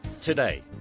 today